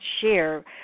share